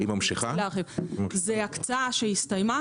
זו הקצאה שהסתיימה.